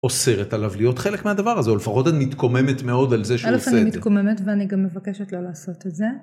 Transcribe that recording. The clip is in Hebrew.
אוסרת עליו להיות חלק מהדבר הזה או לפחות את מתקוממת מאוד על זה שאת עושה את זה. אני מתקוממת ואני גם מבקשת לא לעשות את זה.